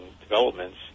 developments